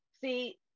See